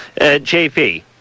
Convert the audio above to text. JP